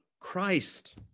Christ